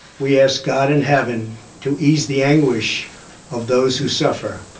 we ask god in heaven to ease the anguish of those who suffer,